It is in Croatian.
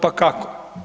Pa kako?